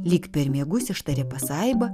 lyg per miegus ištarė pasaiba